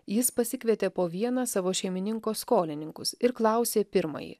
jis pasikvietė po vieną savo šeimininko skolininkus ir klausė pirmąjį